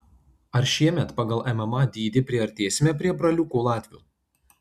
ar šiemet pagal mma dydį priartėsime prie braliukų latvių